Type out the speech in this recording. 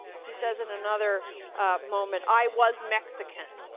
he says in another moment, i was mexican.